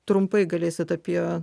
trumpai galėsit apie